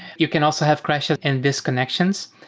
you can also have crashes and disconnections,